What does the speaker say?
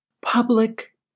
Public